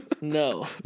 no